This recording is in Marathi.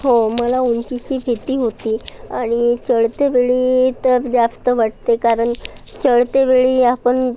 हो मला उंचीची भीती होती आणि चढते वेळी तर जास्त वाटते कारण चढते वेळी आपण